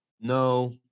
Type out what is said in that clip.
no